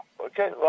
Okay